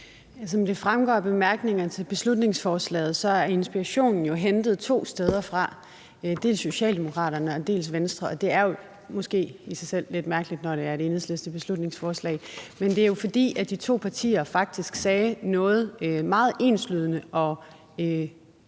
Som det fremgår af bemærkningerne til beslutningsforslaget, er inspirationen jo hentet to steder fra – dels Socialdemokraterne og dels Venstre, og det er måske i sig selv lidt mærkeligt, når det er et beslutningsforslag fra Enhedslisten. Men det er jo, fordi de to partier faktisk sagde noget meget enslydende og forbilledligt